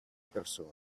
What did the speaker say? persona